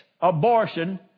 abortion